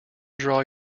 draw